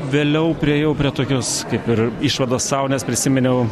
vėliau priėjau prie tokios kaip ir išvados sau nes prisiminiau